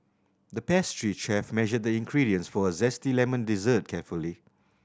the pastry chef measured the ingredients for a zesty lemon dessert carefully